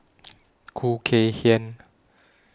Khoo Kay Hian